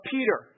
Peter